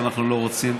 ואנחנו לא רוצים.